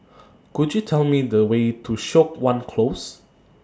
Could YOU Tell Me The Way to Siok Wan Close